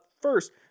first